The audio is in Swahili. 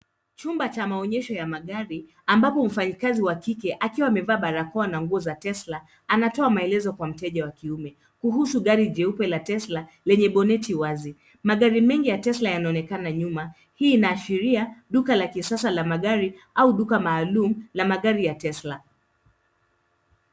Chumba cha maonyesho ya magari ambapo mfanyikazi wa kike akiwa amevaa barakoa na nguo za Tesla anatoa maelezo kwa mteja wa kiume kuhusu gari jeupe la Tesla lenye boneti wazi. Magari mengi ya Tesla inaonekana nyuma. Hii inaashiria duka la kisasa la magari au duka maalum la magari ya Tesla.